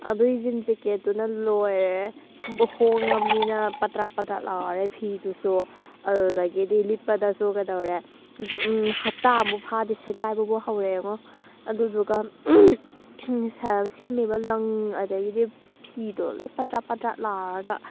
ꯑꯗꯨꯏ ꯖꯤꯟ ꯖꯦꯀꯦꯠꯇꯨꯅ ꯂꯣꯏꯔꯦ ꯍꯣꯡꯉꯕꯅꯤꯅ ꯄꯗ꯭ꯔꯥꯛ ꯄꯗ꯭ꯔꯥꯛ ꯂꯥꯎꯔꯦ ꯐꯤꯗꯨꯁꯨ ꯑꯗꯨꯗꯒꯤꯗꯤ ꯂꯤꯠꯄꯗꯁꯨ ꯀꯩꯗꯧꯔꯦ ꯍꯞꯇꯥ ꯑꯃꯕꯨ ꯐꯥꯗꯦ ꯁꯦꯒꯥꯏꯕꯕꯨ ꯍꯧꯔꯛꯑꯦꯉꯣ ꯑꯗꯨꯗꯨꯒ ꯁꯦꯝꯃꯤꯕ ꯂꯪ ꯑꯗꯒꯤꯗꯤ ꯐꯤꯗꯣ ꯂꯣꯏ ꯄꯗ꯭ꯔꯥꯛ ꯄꯗ꯭ꯔꯥꯛ ꯂꯥꯎꯔꯒ